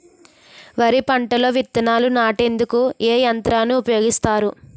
వరి పంటలో విత్తనాలు నాటేందుకు ఏ యంత్రాలు ఉపయోగిస్తారు?